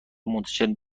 منتشر